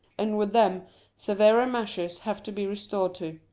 and with them severer measures have to be resorted